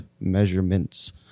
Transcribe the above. measurements